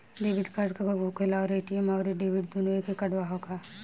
Debit card का होखेला और ए.टी.एम आउर डेबिट दुनों एके कार्डवा ह का?